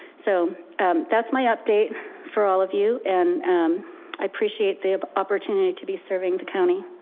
so that's my update for all of you and i appreciate the opportunity to be serving the county.